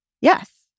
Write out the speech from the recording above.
yes